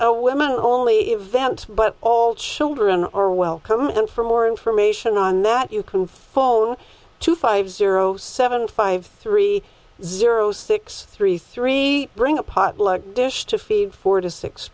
home only event but all children or welcome him for more information on that you can phone two five zero seven five three zero six three three bring a potluck dish to feed four to six